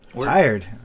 tired